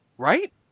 Right